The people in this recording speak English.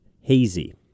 hazy